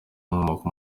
inkomoko